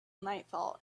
nightfall